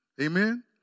amen